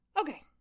Okay